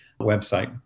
website